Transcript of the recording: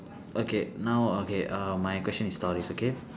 okay now okay uh my question is stories okay